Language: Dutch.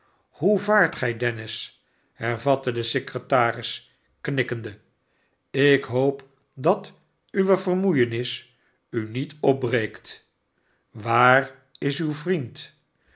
hoe vaart gij dennis hervatte de secretaris knikkende ik hooo dat uwe vermoeiems u niet opbreekt waar is uw vriend